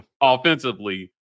offensively